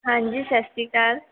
ਹਾਂਜੀ ਸਤਿ ਸ਼੍ਰੀ ਅਕਾਲ